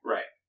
Right